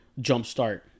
jumpstart